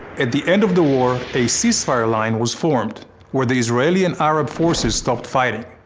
at the end of the war a ceasefire line was formed where the israeli and arab forces stopped fighting.